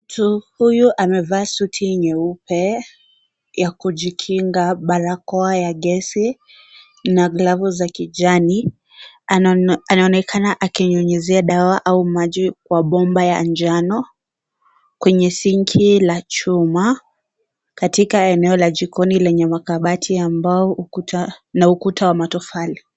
Mtu huyu amevaa suti nyeupe ya kujiking, balakoa ya gesi, na glove za kijani. Anaone, anaonekana akinyunyuzia dawa au maji kwa bomba ya njano, kwenye sinki la chuma, katika eneo la jikoni lenye makabati ambao ukuta na ukuta wa matofali.